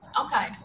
Okay